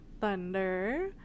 Thunder